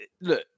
Look